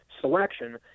selection